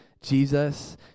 Jesus